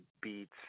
beats